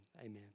Amen